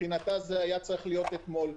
מבחינתה זה היה צריך להיות אתמול.